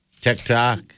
TikTok